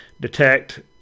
detect